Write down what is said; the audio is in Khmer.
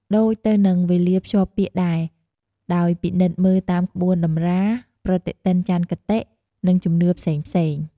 ដូចទៅនឹងវេលាភ្ជាប់ពាក្យដែរ ដោយពិនិត្យមើលតាមក្បួនតម្រា ប្រតិទិនចន្ទគតិ និងជំនឿផ្សេងៗ ។